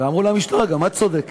ואמרו למשטרה: גם את צודקת.